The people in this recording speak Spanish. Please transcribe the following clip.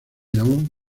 llamó